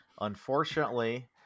unfortunately